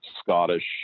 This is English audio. scottish